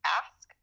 ask